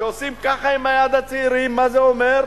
כשעושים ככה עם היד הצעירים, מה זה אומר?